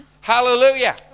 Hallelujah